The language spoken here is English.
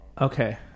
Okay